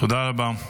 תודה רבה.